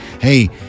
hey